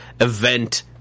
event